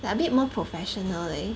like a bit more professionally leh